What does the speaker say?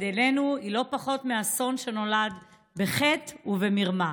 עינינו היא לא פחות מאסון שנולד בחטא ובמרמה.